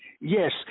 Yes